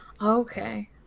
okay